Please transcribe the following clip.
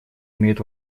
имеют